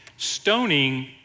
Stoning